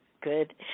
good